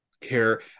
care